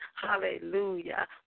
Hallelujah